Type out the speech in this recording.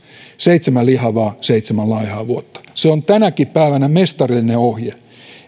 seitsemän lihavaa ja seitsemän laihaa vuotta se on tänäkin päivänä mestarillinen ohje